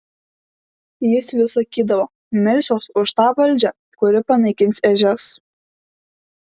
jis vis sakydavo melsiuos už tą valdžią kuri panaikins ežias